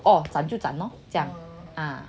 oh zhan 就 zhan lor 这样